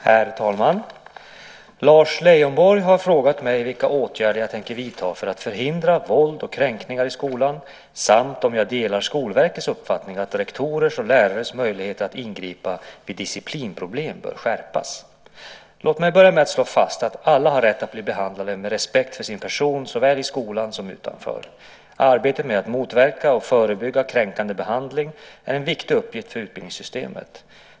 Herr talman! Lars Leijonborg har frågat mig vilka åtgärder jag tänker vidta för att förhindra våld och kränkningar i skolan samt om jag delar Skolverkets uppfattning att rektorers och lärares möjligheter att ingripa vid disciplinproblem bör skärpas. Låt mig börja med att slå fast att alla har rätt att bli behandlade med respekt för sin person såväl i skolan som utanför. Arbetet med att motverka och förebygga kränkande behandling är en viktig uppgift för utbildningssystemet.